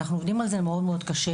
אנחנו עובדים על זה מאוד מאוד קשה.